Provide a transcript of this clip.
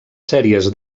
sèries